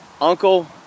Uncle